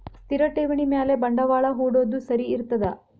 ಸ್ಥಿರ ಠೇವಣಿ ಮ್ಯಾಲೆ ಬಂಡವಾಳಾ ಹೂಡೋದು ಸರಿ ಇರ್ತದಾ?